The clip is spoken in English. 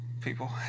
people